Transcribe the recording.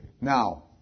Now